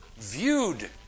viewed